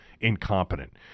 incompetent